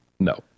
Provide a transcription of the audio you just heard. No